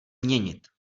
měnit